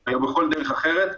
או בכל דרך אחרת,